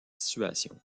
situation